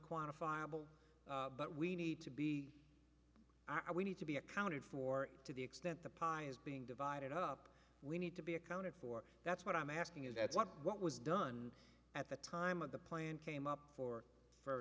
unquantifiable but we need to be are we need to be accounted for to the extent the pie is being divided up we need to be accounted for that's what i'm asking is that's what what was done at the time of the plan came up for f